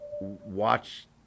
watch